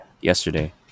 yesterday